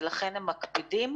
ולכן הם מקפידים.